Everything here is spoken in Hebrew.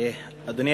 אדוני